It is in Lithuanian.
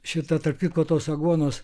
šitą tarp kitko tos aguonos